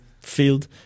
field